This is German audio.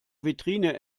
vitrine